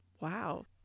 Wow